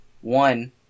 One